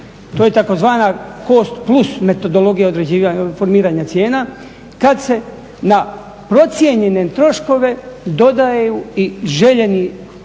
To je tzv. cost plus metodologija formiranja cijena kad se na procijenjene troškove dodaju i željena